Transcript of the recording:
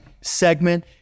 segment